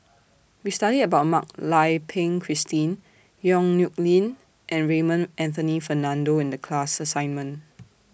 We studied about Mak Lai Peng Christine Yong Nyuk Lin and Raymond Anthony Fernando in The class assignment